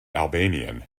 albanian